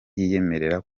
yiyemerera